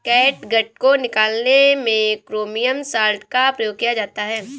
catgut को निकालने में क्रोमियम सॉल्ट का प्रयोग किया जाता है